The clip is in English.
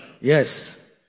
yes